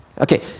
okay